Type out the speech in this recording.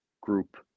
group